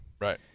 Right